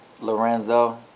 Lorenzo